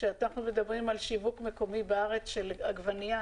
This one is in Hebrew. כשאנחנו מדברים על שיווק מקומי בארץ של עגבנייה,